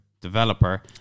developer